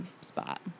spot